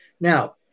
Now